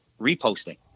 reposting